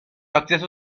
acceso